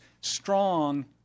strong